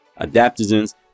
adaptogens